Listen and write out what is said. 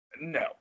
No